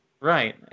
Right